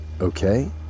okay